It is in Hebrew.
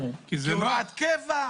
אני זוכר במקרים חשובים מאוד,